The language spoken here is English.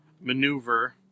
maneuver